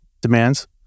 demands